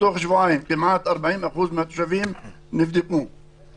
בתוך שבועיים כמעט 40% מהתושבים נבדקו.